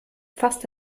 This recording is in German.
fast